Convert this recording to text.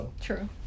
true